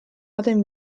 baten